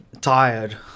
tired